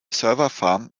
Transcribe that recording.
serverfarm